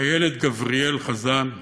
איילת גבריאל-חזן,